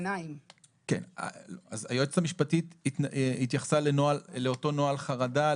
היועצת המשפטית התייחסה לאותו נוהל חרדה,